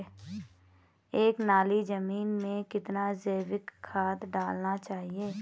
एक नाली जमीन में कितना जैविक खाद डालना चाहिए?